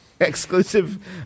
Exclusive